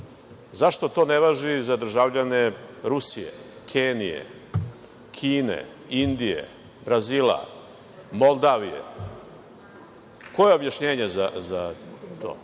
Zašto to ne važi za državljane Rusije, Kenije, Kine, Indije, Brazila, Moldavije? Koje je objašnjenje za to?